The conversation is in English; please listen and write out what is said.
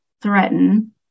threaten